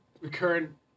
Recurrent